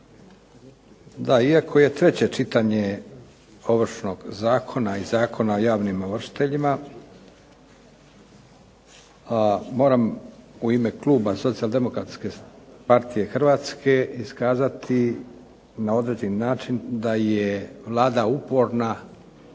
Da, iako je treće čitanje Ovršnog zakona i Zakona o javnim ovršiteljima moram u ime kluba Socijaldemokratske partije Hrvatske iskazati na određeni način da je Vlada uporna